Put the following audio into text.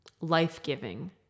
life-giving